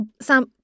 Sam